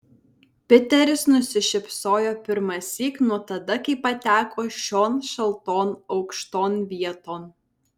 piteris nusišypsojo pirmąsyk nuo tada kai pateko šion šalton aukšton vieton